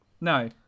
No